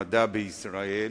למדע בישראל,